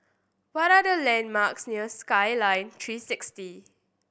what are the landmarks near Skyline Three Sixty